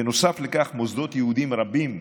נוסף לכך מוסדות יהודיים רבים,